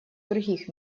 других